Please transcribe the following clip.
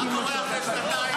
מה קורה אחרי שנתיים?